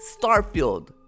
Starfield